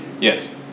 Yes